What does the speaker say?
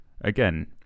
again